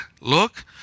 look